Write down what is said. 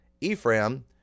Ephraim